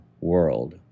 world